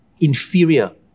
inferior